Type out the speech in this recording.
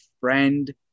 friend